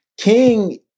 King